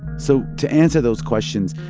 so to answer those questions,